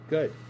Good